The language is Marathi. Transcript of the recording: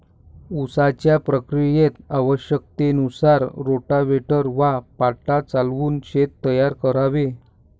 उसाच्या प्रक्रियेत आवश्यकतेनुसार रोटाव्हेटर व पाटा चालवून शेत तयार करावे